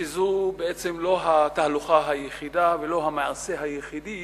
שזו בעצם לא התהלוכה היחידה ולא המעשה היחידי